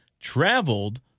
traveled